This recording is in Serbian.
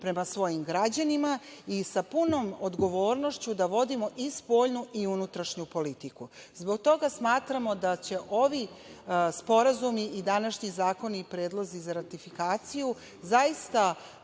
prema svojim građanima i sa potpunom odgovornošću da vodimo i spoljnu i unutrašnju politiku. Zbog toga smatramo da će ovi sporazumi i današnji zakoni i predlozi za ratifikaciju zaista